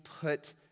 put